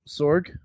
Sorg